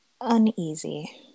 uneasy